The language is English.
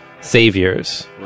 saviors